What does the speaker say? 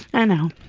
i know.